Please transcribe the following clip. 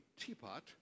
teapot